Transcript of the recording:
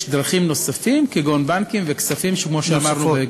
יש דרכים נוספים, כגון בנקים וכספים, כמו שאמרנו.